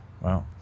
Wow